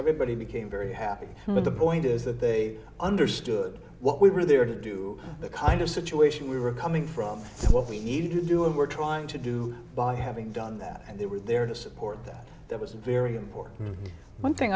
everybody became very happy with the point is that they understood what we were there to do the kind of situation we were coming from what we needed to do and were trying to do by having done that and they were there to support that there was a very important one thing